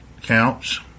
counts